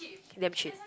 damn cheap